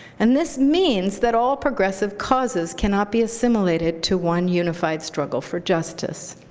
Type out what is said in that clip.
and this means that all progressive causes cannot be assimilated to one unified struggle for justice.